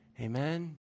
Amen